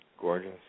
Gorgeous